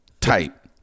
Type